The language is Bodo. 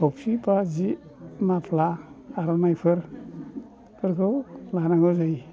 थफि बा जि माफ्ला आर'नाइफोरखौ लानांगौ जायो